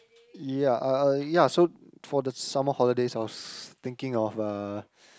ya uh uh ya so for the summer holidays I was thinking of uh